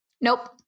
Nope